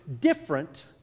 different